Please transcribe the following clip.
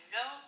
no